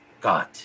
God